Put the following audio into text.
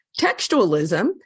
textualism